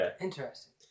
Interesting